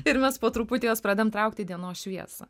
ir mes po truputį juos pradedam traukti į dienos šviesą